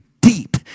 deep